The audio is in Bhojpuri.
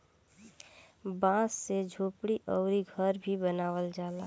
बांस से झोपड़ी अउरी घर भी बनावल जाला